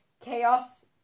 Chaos-